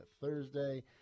Thursday